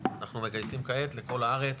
אנחנו מגייסים כעת לכל הארץ.